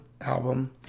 album